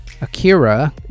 Akira